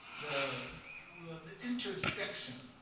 the the intersection